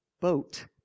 boat